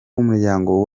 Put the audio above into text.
w’umuryango